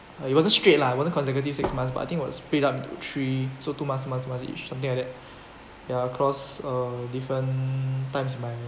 like it wasn't straight lah it wasn't consecutive six months but I think was split up into three so two months two months two months each something like that ya across uh different times my